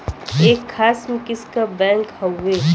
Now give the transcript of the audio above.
एक खास किस्म क बैंक हउवे